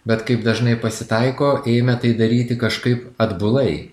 bet kaip dažnai pasitaiko ėjome tai daryti kažkaip atbulai